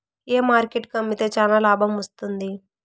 ఏ market కు అమ్మితే చానా లాభం వస్తుంది?